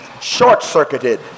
short-circuited